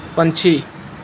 ਪੰਛੀ